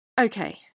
Okay